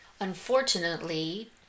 Unfortunately